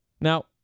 Now